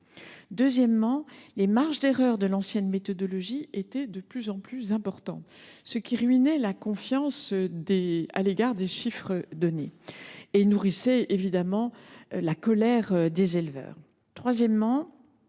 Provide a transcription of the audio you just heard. deuxièmement, les marges d’erreur de l’ancienne méthodologie étaient de plus en plus importantes, ce qui ruinait la confiance à l’égard des chiffres et nourrissait la colère des éleveurs